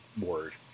word